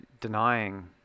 denying